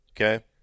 Okay